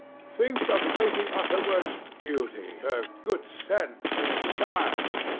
think of lady utterword's beauty! her good sense! her style!